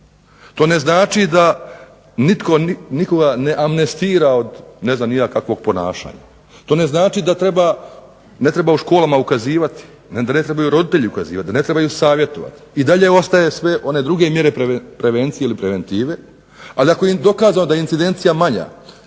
To ne znači da nitko nikoga ne amnestira od ne znam ni ja kakvog ponašanja, to ne znači da ne treba u školama ukazivati, da ne trebaju roditelji ukazivati, da ne trebaju savjetovati. I dalje ostaju sve one druge mjere prevencije. Ali ako je dokazano da je incidencija manja,